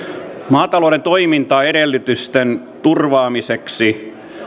maatalouden toimintaedellytysten turvaamiseksi